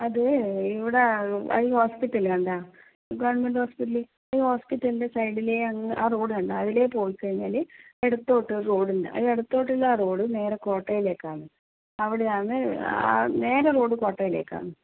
അത് ഇവിടെ ഒരു ഹോസ്പിറ്റൽ കണ്ടോ ഗവൺമെൻ്റ് ഹോസ്പിറ്റല് ഈ ഹോസ്പിറ്റലിൻ്റെ സൈഡിൽ ആ റോഡ് കണ്ടോ അതിലെ പോയി കഴിഞ്ഞാല് ഇടത്തോട്ട് ഒരു റോഡ് ഉണ്ട് ആ ഇടത്തോട്ട് ഉള്ള റോഡ് നേരെ കോട്ടയിലേക്കാണ് അവിടെയാണ് ആ നേരെ റോഡ് കോട്ടയിലേക്ക് ആണ്